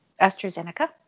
AstraZeneca